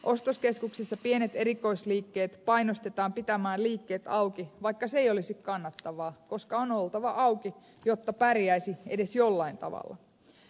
ostoskeskuksissa pienet erikoisliikkeet painostetaan pitämään liikkeet auki vaikka se ei olisi kannattavaa koska on oltava auki jotta pärjäisi edes jollain tavalla